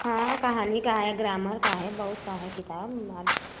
हाँ कहानी का है ग्रामर का है बहुत सारा किताब